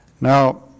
Now